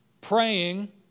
praying